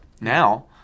Now